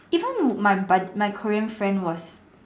even my my bud my Korean friend was